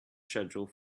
schedule